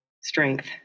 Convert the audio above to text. strength